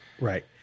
Right